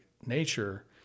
nature